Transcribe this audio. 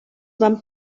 van